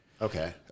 Okay